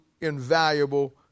invaluable